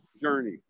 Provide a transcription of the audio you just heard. journey